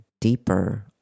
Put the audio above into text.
deeper